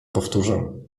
powtórzę